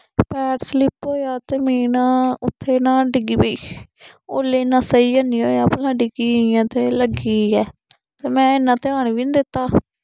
पैर स्लिप होएया ते मीं ना उत्थे ना डिग्गी पेई ओल्ले इन्ना सेई हन्नी होया भला डिग्गी गेई आं ते लग्गी गेई ऐ ते में इन्ना ध्यान बी निं दित्ता